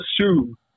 assume